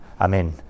Amen